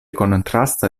kontrasta